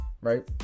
Right